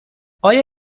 آیا